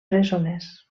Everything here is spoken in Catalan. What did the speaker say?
presoners